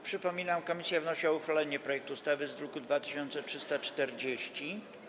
Przypominam, że komisja wnosi o uchwalenie projektu ustawy z druku nr 2340.